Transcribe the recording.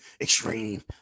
Extreme